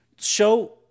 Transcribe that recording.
Show